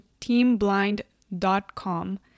teamblind.com